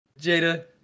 jada